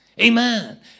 amen